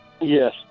Yes